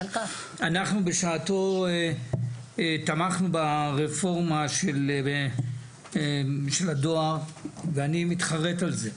אנחנו בשעתו תמכנו ברפורמה של הדואר ואני מתחרט על זה.